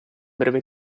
breve